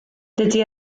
dydi